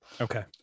okay